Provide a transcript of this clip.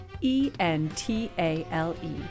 E-N-T-A-L-E